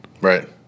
Right